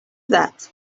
that